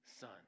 son